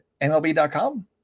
MLB.com